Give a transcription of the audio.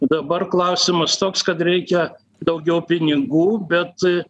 dabar klausimas toks kad reikia daugiau pinigų bet